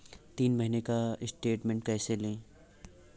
तीन महीने का स्टेटमेंट कैसे लें?